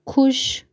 ख़ुश